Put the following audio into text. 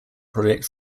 project